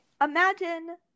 Imagine